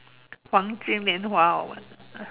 黄金年华 or what ah